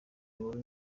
inkuru